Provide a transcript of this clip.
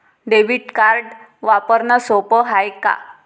Debit card वापरणं सोप हाय का?